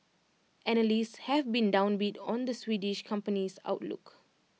analysts have been downbeat on the Swedish company's outlook